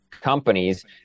companies